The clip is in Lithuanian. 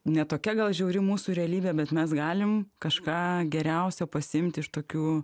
ne tokia gal žiauri mūsų realybė bet mes galim kažką geriausio pasiimti iš tokių